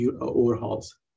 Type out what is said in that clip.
overhauls